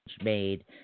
made